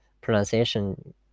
pronunciation